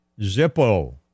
Zippo